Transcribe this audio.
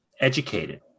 educated